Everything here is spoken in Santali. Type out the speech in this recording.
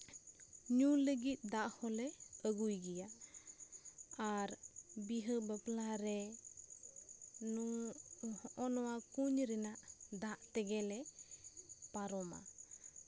ᱧᱩ ᱞᱟᱹᱜᱤᱫ ᱫᱟᱜ ᱦᱚᱸᱞᱮ ᱟᱹᱜᱩᱭ ᱜᱮᱭᱟ ᱟᱨ ᱵᱤᱦᱟᱹ ᱵᱟᱯᱞᱟᱨᱮ ᱱᱩ ᱦᱚᱜᱼᱚᱭ ᱱᱚᱣᱟ ᱠᱩᱧ ᱨᱮᱱᱟᱜ ᱫᱟᱜ ᱛᱮᱜᱮᱞᱮ ᱯᱟᱨᱚᱢᱟ